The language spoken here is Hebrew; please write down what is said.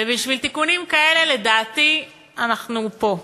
ובשביל תיקונים כאלה, לדעתי, אנחנו פה,